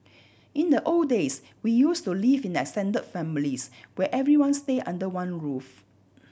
in the old days we used to live in extended families where everyone stayed under one roof